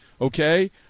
okay